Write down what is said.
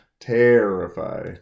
terrify